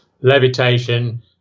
Levitation